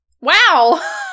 Wow